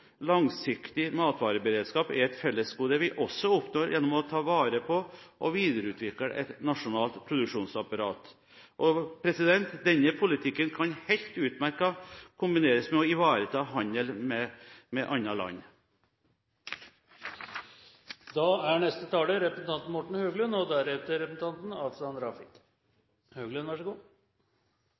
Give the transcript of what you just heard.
Langsiktig matvareberedskap er et fellesgode vi også oppnår gjennom å ta vare på og videreutvikle et nasjonalt produksjonsapparat. Denne politikken kan helt utmerket kombineres med å ivareta handel med andre land. Jeg vil takke saksordføreren for den gjennomgang som er gjort, og